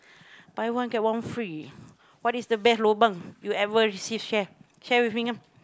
buy one get one free what is the best lobang you ever receive share share with me come